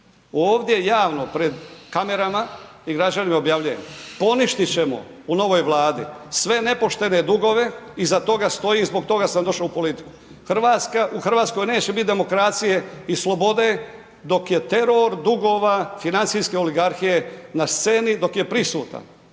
Ovdje javno pred kamerama i građanima objavljujem, poništiti ćemo u novoj Vladi sve nepoštene dugove, iza toga stojim i zbog toga sam došao u politiku. U Hrvatskoj neće biti demokracije i slobode dok je teror dugova financijske oligarhije na sceni, dok je prisutan.